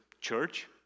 church